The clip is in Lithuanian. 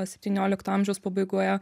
septyniolikto amžiaus pabaigoje